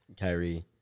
Kyrie